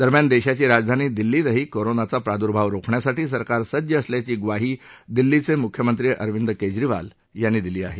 दरम्यान देशाची राजधानी दिल्लीतही कोरोनाचा प्रादुर्भाव रोखण्यासाठी सरकार सज्ज असल्याची ग्वाही दिल्लीचे मुख्यमंत्री अरविंद केजरीवाल यांनी दिली आहे